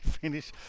finish